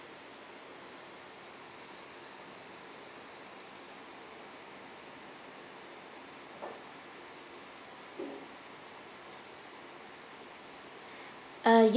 uh yes